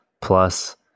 Plus